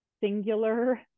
singular